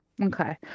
Okay